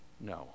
No